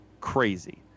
crazy